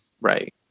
Right